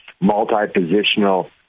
multi-positional